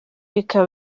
bikaba